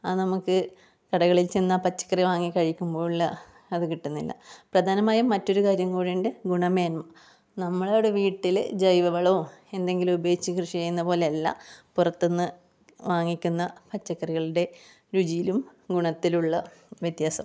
അത് നമുക്ക് കടകളിൽ ചെന്ന് ആ പച്ചക്കറി വാങ്ങി കഴിക്കുമ്പോൾ ഇല്ല അത് കിട്ടുന്നില്ല പ്രധാനമായും മറ്റൊരു കാര്യം കൂടിയുണ്ട് ഗുണമേന്മ നമ്മളവിടെ വീട്ടിൽ ജൈവവളമോ എന്തെങ്കിലും ഉപയോഗിച്ച് കൃഷി ചെയ്യുന്ന പോലെയല്ല പുറത്തുന്ന് വാങ്ങിക്കുന്ന പച്ചക്കറികളുടെ രുചിയിലും ഗുണത്തിലും ഉള്ള വ്യത്യാസം